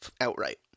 outright